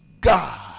God